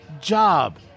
job